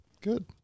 Good